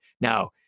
Now